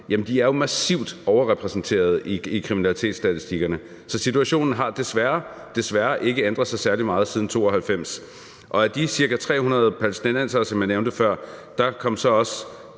er jo massivt overrepræsenterede i kriminalitetsstatistikkerne. Så situationen har desværre – desværre – ikke ændret sig særlig meget siden 1992, og af de ca. 300 palæstinensere, som jeg nævnte før, kom så også